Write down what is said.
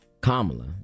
Kamala